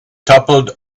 toppled